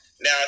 Now